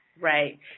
right